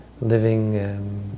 living